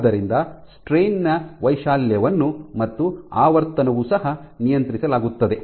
ಆದ್ದರಿಂದ ಸ್ಟ್ರೈನ್ ವೈಶಾಲ್ಯವನ್ನು ಮತ್ತು ಆವರ್ತನವೂ ಸಹ ನಿಯಂತ್ರಿಸಲಾಗುತ್ತದೆ